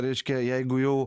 reiškia jeigu jau